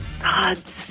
God's